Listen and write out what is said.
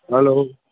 hello